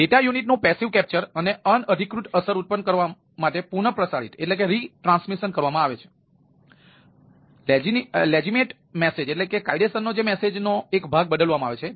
data યુનિટનું passive capture સુવિધાઓના સામાન્ય ઉપયોગને અટકાવે છે